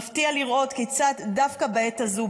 מפתיע לראות כיצד דווקא בעת הזו,